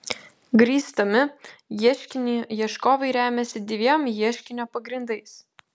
grįsdami ieškinį ieškovai remiasi dviem ieškinio pagrindais